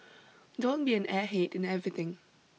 don't be an airhead in everything